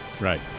Right